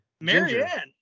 marianne